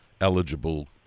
eligible